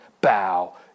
bow